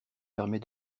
permet